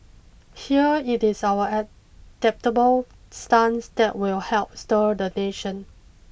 here it is our adaptable stance that will help stir the nation